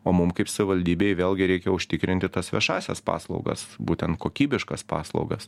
o mum kaip savivaldybei vėlgi reikia užtikrinti tas viešąsias paslaugas būtent kokybiškas paslaugas